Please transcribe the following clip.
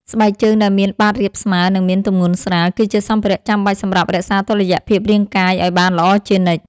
ស្បែកជើងដែលមានបាតរាបស្មើ និងមានទម្ងន់ស្រាល គឺជាសម្ភារៈចាំបាច់សម្រាប់រក្សាតុល្យភាពរាងកាយឱ្យបានល្អជានិច្ច។